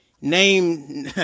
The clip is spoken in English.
name